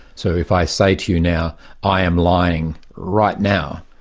so if i say to you now i am lying right now,